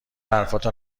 حرفاتو